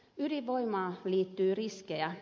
ydinvoimaan liittyy riskejä